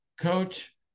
coach